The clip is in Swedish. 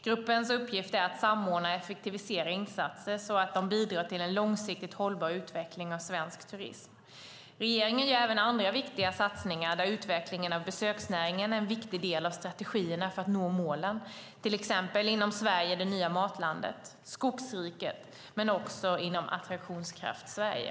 Gruppens uppgift är att samordna och effektivisera insatser så att de bidrar till en långsiktigt hållbar utveckling av svensk turism. Regeringen gör även andra satsningar där utvecklingen av besöksnäringen är en viktig del av strategierna för att nå målen, till exempel inom Sverige - det nya matlandet, Skogsriket och Attraktionskraft Sverige.